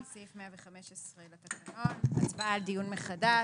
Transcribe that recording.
על פי סעיף 115 לתקנון, הצבעה על דיון מחדש.